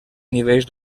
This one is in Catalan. nivells